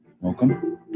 Welcome